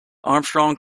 armstrong